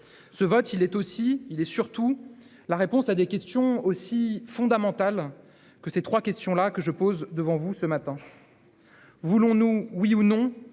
également et surtout la réponse à des questions aussi fondamentales que celles que je pose devant vous ce matin. Voulons-nous, oui ou non,